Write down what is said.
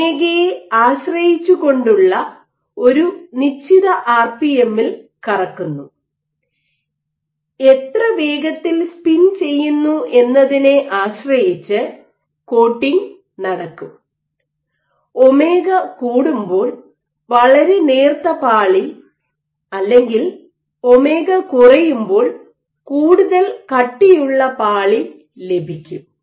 ഒമേഗയെ ആശ്രയിച്ച് കൊണ്ടുള്ള ഒരു നിശ്ചിത ആർപിഎമ്മിൽ കറക്കുന്നു എത്ര വേഗത്തിൽ സ്പിൻ ചെയ്യുന്നു എന്നതിനെ ആശ്രയിച്ച് കോട്ടിംഗ് നടക്കും ഒമേഗ കൂടുമ്പോൾ വളരെ നേർത്ത പാളി അല്ലെങ്കിൽ ഒമേഗ കുറയുമ്പോൾ കൂടുതൽ കട്ടിയുള്ള പാളി ലഭിക്കും